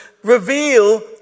reveal